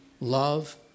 love